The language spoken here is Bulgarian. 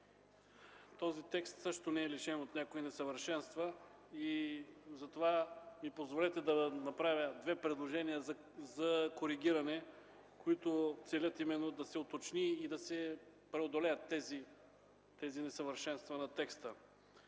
Този текст също не е лишен от някои несъвършенства. Затова ми позволете да направя две предложения за коригиране, които целят да се уточнят и да се преодолеят несъвършенствата на текста.